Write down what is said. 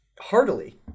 heartily